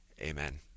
Amen